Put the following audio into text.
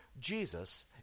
Jesus